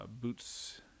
boots